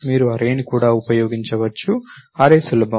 మీరు అర్రేని కూడా ఉపయోగించవచ్చు అర్రే సులభం